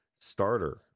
starter